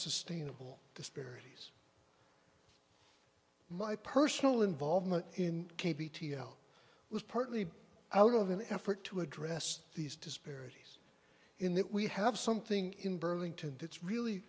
sustainable disparities my personal involvement in k b t o was partly out of an effort to address these disparities in that we have something in burlington that's really